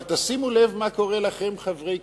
אבל תשימו לב מה קורה לכם, חברי קדימה,